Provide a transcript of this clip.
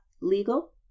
legal